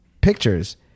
pictures